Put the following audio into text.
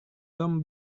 tom